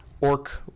orc